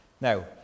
Now